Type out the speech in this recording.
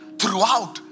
throughout